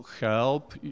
help